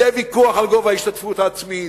יהיה ויכוח על גובה ההשתתפות העצמית,